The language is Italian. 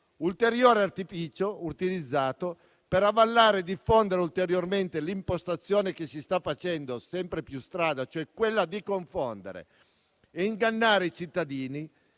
ulteriore artificio utilizzato per avallare e diffondere l'impostazione che si sta facendo sempre più strada, cioè quella di confondere e ingannare i cittadini